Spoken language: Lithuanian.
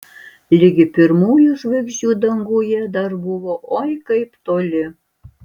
ligi pirmųjų žvaigždžių danguje dar buvo oi kaip toli